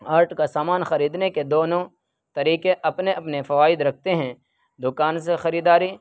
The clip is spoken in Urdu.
آرٹ کا سامان خریدنے کے دونوں طریقے اپنے اپنے فوائد رکھتے ہیں دکان سے خریداری